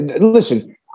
listen